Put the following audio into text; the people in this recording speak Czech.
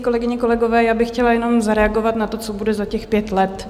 Kolegyně, kolegové, já bych chtěla jenom zareagovat na to, co bude za těch pět let.